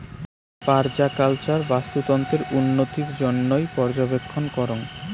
permaculture বাস্তুতন্ত্রের উন্নতির জইন্যে পর্যবেক্ষণ করাং